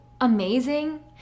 amazing